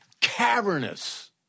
Cavernous